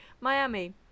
Miami